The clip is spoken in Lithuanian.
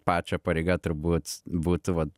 pačio pareiga turbūt būtų vat